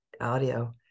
audio